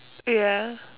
ya